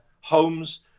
homes